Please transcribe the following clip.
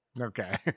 Okay